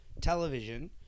television